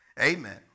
Amen